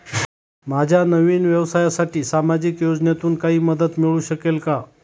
माझ्या नवीन व्यवसायासाठी सामाजिक योजनेतून काही मदत मिळू शकेल का?